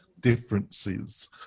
differences